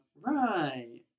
right